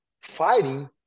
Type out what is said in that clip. Fighting